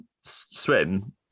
swim